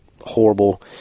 horrible